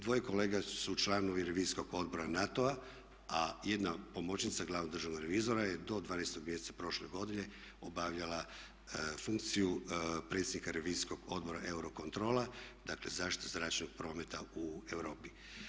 Dvoje kolega su članovi Revizijskog odbora NATO-a, a jedna pomoćnica glavnog državnog revizora je do 12 mjeseca prošle godine obavljala funkciju predsjednika Revizijskog odbora Eurocontrola, dakle zaštita zračnog prometa u Europi.